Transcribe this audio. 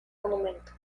monumento